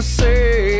say